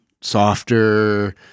softer